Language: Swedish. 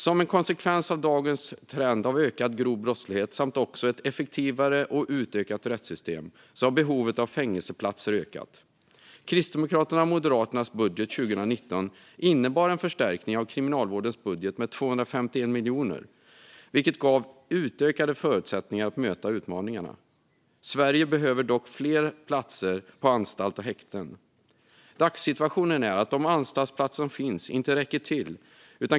Som en konsekvens av dagens trend av ökad grov brottslighet och ett effektivare och utökat rättssystem har behovet av fängelseplatser ökat. Kristdemokraternas och Moderaternas budget 2019 innebar en förstärkning av Kriminalvårdens budget med 251 miljoner kronor, vilket gav utökade förutsättningar att möta utmaningarna. Sverige behöver dock fler platser på anstalt och häkten. Dagssituationen är att de anstaltsplatser som finns inte räcker till.